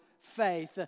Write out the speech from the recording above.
faith